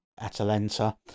Atalanta